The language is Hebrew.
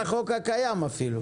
בניגוד לחוק הקיים אפילו.